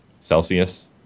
Celsius